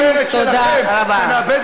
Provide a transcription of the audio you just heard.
תודה רבה.